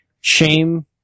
shame